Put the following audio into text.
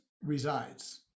resides